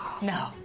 no